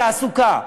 תעסוקה,